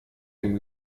dem